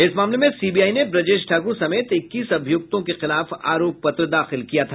इस मामले में सीबीआई ने ब्रजेश ठाकुर समेत इक्कीस अभियुक्तों के खिलाफ आरोप पत्र दाखिल किया था